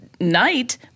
night